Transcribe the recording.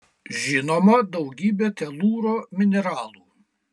žinoma daugybė telūro mineralų